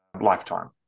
lifetime